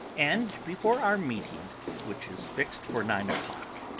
and before our meeting, which is fixed for nine o'clock.